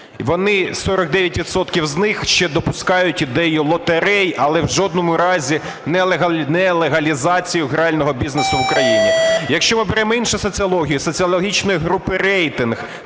відсотків з них ще допускають ідею лотерей, але в жодному разі не легалізацію грального бізнесу в Україні. Якщо оберемо іншу соціологію – соціологічної групи "Рейтинг",